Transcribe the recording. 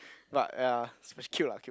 but ya especially cute lah cute